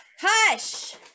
hush